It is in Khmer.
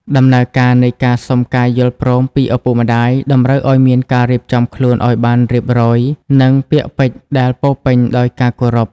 ដំណើរការនៃការសុំការយល់ព្រមពីឪពុកម្ដាយ តម្រូវឱ្យមានការរៀបចំខ្លួនឱ្យបានរៀបរយ និងពាក្យពេចន៍ដែលពោរពេញដោយការគោរព។